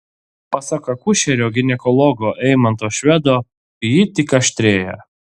pasak akušerio ginekologo eimanto švedo ji tik aštrėja